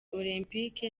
olempike